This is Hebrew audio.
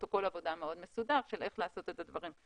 פרוטוקול עבודה מאוד מסודר של איך לעשות את הדברים.